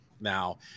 now